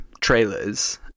trailers